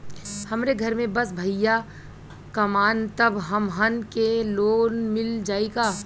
हमरे घर में बस भईया कमान तब हमहन के लोन मिल जाई का?